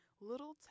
little